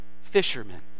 fishermen